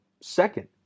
Second